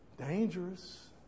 dangerous